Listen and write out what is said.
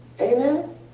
Amen